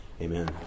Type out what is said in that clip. Amen